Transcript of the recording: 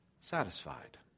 satisfied